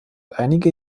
einige